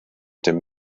dem